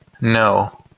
No